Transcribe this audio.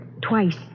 twice